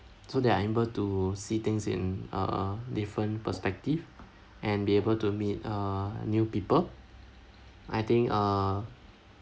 so that I'm able to see things in a different perspective and be able to meet uh new people I think uh